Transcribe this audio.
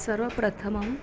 सर्वप्रथमम्